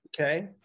Okay